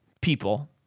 people